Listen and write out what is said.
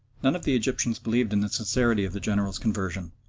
none of the egyptians believed in the sincerity of the general's conversion,